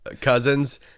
Cousins